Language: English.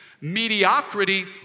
Mediocrity